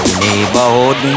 neighborhood